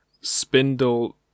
Spindle